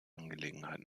angelegenheit